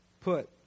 put